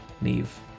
Neve